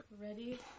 ready